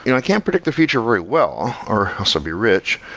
you know i can't predict the future very well, or also be rich,